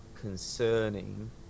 concerning